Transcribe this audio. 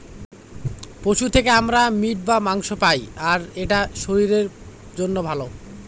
পশু থেকে আমরা মিট বা মাংস পায়, আর এটা শরীরের জন্য ভালো